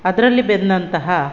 ಅದರಲ್ಲಿ ಬೆಂದಂತಹ